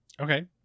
Okay